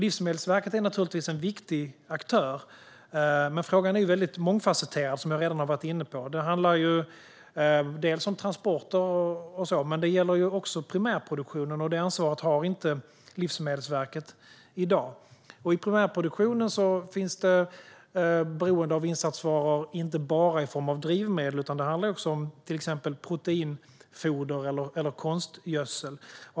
Livsmedelsverket är naturligtvis en viktig aktör, men som jag redan har varit inne på är frågan väldigt mångfasetterad. Det handlar dels om transporter, dels om primärproduktionen, och det ansvaret har inte Livsmedelsverket i dag. I primärproduktionen finns ett beroende av insatsvaror inte bara i form av drivmedel utan även i form av till exempel proteinfoder och konstgödsel.